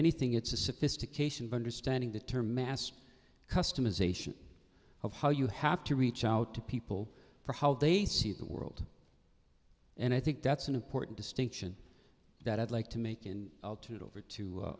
anything it's the sophistication of understanding the term mass customisation of how you have to reach out to people for how they see the world and i think that's an important distinction that i'd like to make in altitude over to